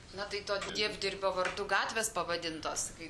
na tai to dievdirbio vardu gatvės pavadintos kai